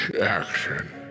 action